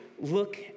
look